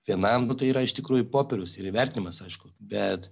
vienam tai yra iš tikrųjų popierius ir įvertinimas aišku bet